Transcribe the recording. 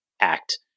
act